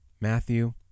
Matthew